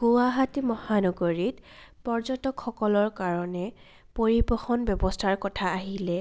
গুৱাহাটী মহানগৰীত পৰ্যটকসকলৰ কাৰণে পৰিবহণ ব্যৱস্থাৰ কথা আহিলে